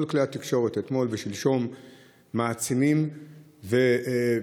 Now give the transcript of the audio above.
אתמול ושלשום כל כלי התקשורת העצימו והראו